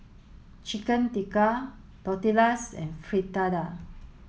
Chicken Tikka Tortillas and Fritada